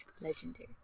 legendary